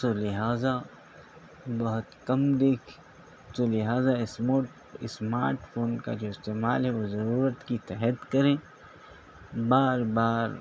سو لہٰذا بہت کم دیکھ تو لہٰذا اسمارٹ فون کا جو استعمال ہے وہ ضرورت کی تحت کریں بار بار